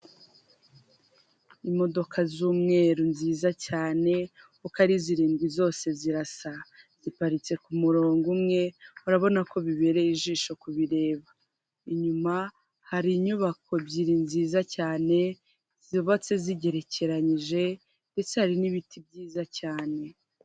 Imodoka z'umweru nziza cyane, uko ari zirindwi zose zirasa, ziparitse ku murongo umwe, urabona ko bibereye ijisho kubireba, inyuma hari inyubako ebyiri nziza cyane zubatse zigerekeyije ndetse hari n'ibiti byiza cyane.